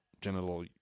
genital